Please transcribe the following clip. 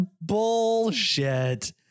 bullshit